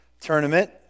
tournament